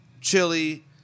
chili